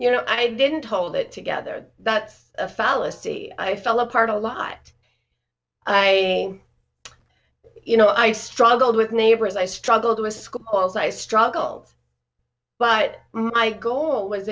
you know i didn't hold it together that's a fallacy i fell apart a lot i you know i struggled with neighbors i struggled with schools i struggled but my goal was